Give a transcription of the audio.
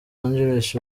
angeles